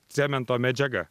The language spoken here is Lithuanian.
cemento medžiaga